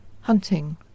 hunting